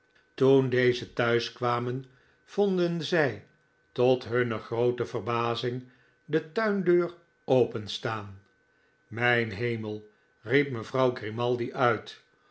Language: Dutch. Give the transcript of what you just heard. toen deze thuis kwamen vonden zij tot hunne groote verbazing de tuindeur openstaan mijn hemel riep mevrouw grimaldi uit